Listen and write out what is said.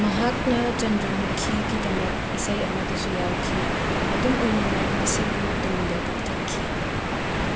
ꯃꯍꯥꯛꯅ ꯆꯟꯗ꯭ꯔꯃꯨꯈꯤꯒꯤꯗꯃꯛ ꯏꯁꯩ ꯑꯃꯗꯁꯨ ꯌꯥꯎꯈꯤ ꯑꯗꯨꯝ ꯑꯣꯏꯅꯃꯛ ꯃꯁꯤꯕꯨ ꯇꯨꯡꯗ ꯀꯛꯊꯠꯈꯤ